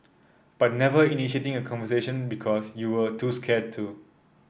but never initiating a conversation because you were too scared to